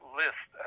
list